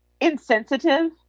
insensitive